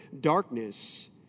darkness